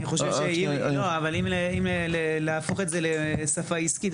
אני חושב שאם להפוך את זה לשפה עסקית,